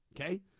Okay